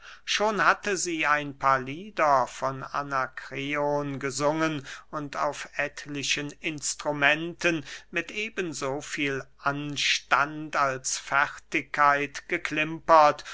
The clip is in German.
schon hatte sie ein paar lieder von anakreon gesungen und auf etlichen instrumenten mit eben so viel anstand als fertigkeit geklimpert